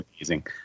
amazing